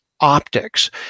optics